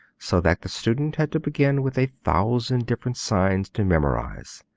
so that the student had to begin with a thousand different signs to memorize.